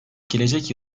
gelecek